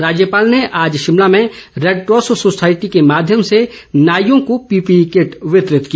राज्यपाल ने आज शिमला में रेडक्रॉस सोसाइटी के माध्यम से नाईयों को पीपीई किट वितरित की